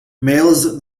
males